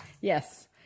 Yes